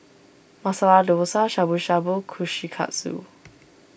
Masala Dosa Shabu Shabu Kushikatsu